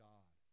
God